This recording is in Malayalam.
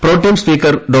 pro tem speaker Dr